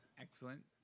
Excellent